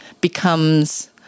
becomes